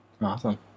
Awesome